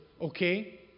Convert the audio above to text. okay